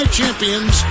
champions